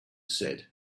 said